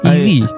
Easy